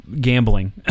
gambling